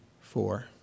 Four